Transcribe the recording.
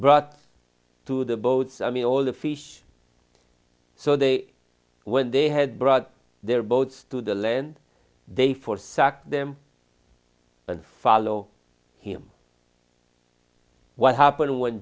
brought to the boats i mean all the fish so they when they had brought their boats to the land they for suck them and follow him what happened when